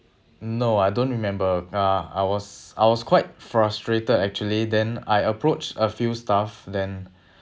no I don't remember uh I was I was quite frustrated actually then I approached a few staff then